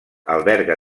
alberga